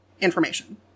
information